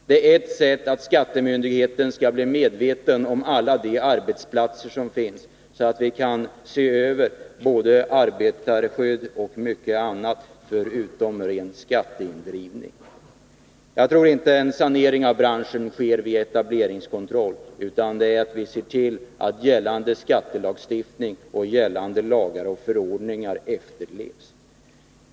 Det är ett sätt att göra skattemyndigheten medveten om alla de arbetsplatser som finns, och det kan förutom tillgodoseendet av den rena skatteindrivningen också leda till översyn av arbetarskydd och mycket annat. Jag tror inte att man får till stånd en sanering av en bransch genom etableringskontroll. Den avser i stället att tillse att gällande skattelagstiftning och andra lagar och förordningar efterlevs.